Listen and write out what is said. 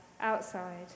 outside